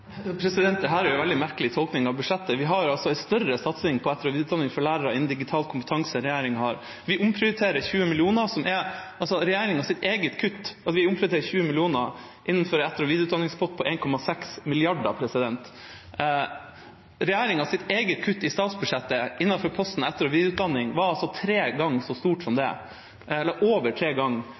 er en veldig merkelig tolkning av budsjettet. Vi har en større satsing på etter- og videreutdanning for lærere innen digital kompetanse enn regjeringa har. Vi omprioriterer 20 mill. kr innenfor en etter- og videreutdanningspott på 1,6 mrd. kr. Regjeringas eget kutt i statsbudsjettet innenfor posten etter- og videreutdanning var over tre ganger så stort som det.